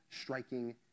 striking